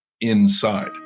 inside